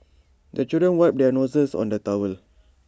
the children wipe their noses on the towel